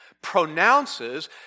Pronounces